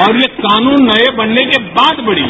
और यह कानून नये बनने के बाद बढ़ी है